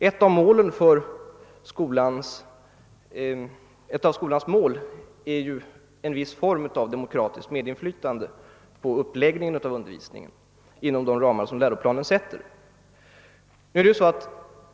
Ett av skolans mål är ju en viss form av demokratiskt medinflytande på uppläggningen av undervisningen inom de ramar som läroplanen sätter.